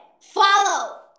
Follow